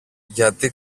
γιατί